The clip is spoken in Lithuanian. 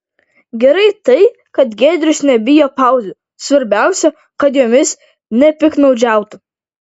gerai tai kad giedrius nebijo pauzių svarbiausia kad jomis nepiktnaudžiautų